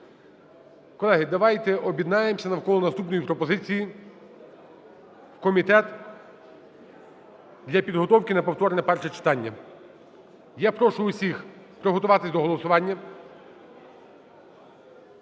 Колеги, давайте об'єднаємося навколо наступної пропозиції: в комітет для підготовки на повторне перше читання. Я прошу усіх приготуватись до голосування.